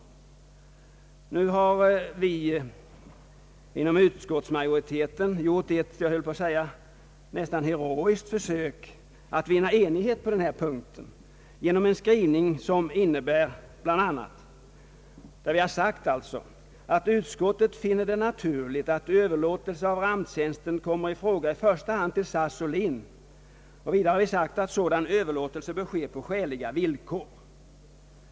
Nu har vi inom: utskottsmajoriteten gjort ett försök — jag höll på att säga ett nästan heroiskt försök — att vinna enighet på den här punkten genom en skrivning, där vi säger att utskottet finner det naturligt att överlåtelse av ramptjänsten kommer i fråga i första hand till SAS och LIN. Vidare har vi sagt att sådan överlåtelse bör ske på skäliga villkor.